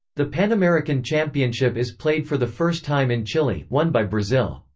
the panamerican championship is played for the first time in chile, won by brazil.